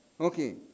Okay